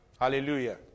Hallelujah